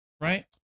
Right